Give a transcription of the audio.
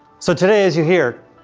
so today, as you hear,